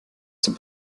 zur